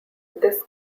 this